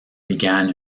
began